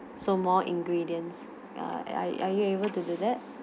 so more ingredients uh are you able to do that